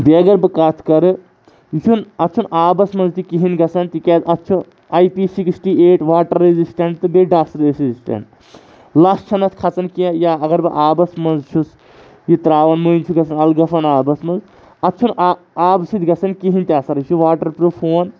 بیٚیہِ اگر بہٕ کَتھ کَرٕ یہِ چھُنہٕ اَتھ چھِنہٕ آبَس منٛز تہِ کِہینۍ گژھان تِکیازِ اَتھ چھُ I P sixty eight water resistant تہٕ بیٚیہِ ڈَسٹ ریٚزِسٹَنٛٹ لَژھ چھَنہٕ اَتھ کھَژان کینٛہہ یا اگر بہٕ آبَس منٛز چھُس یہِ ترٛاوان مٔنٛزۍ چھُ گژھان الگٲبن آبَس منٛز اَتھ چھُنہٕ آ آب سۭتۍ گژھان کِہینۍ تہِ اثر یہِ چھُ واٹَر پرٛوٗف فون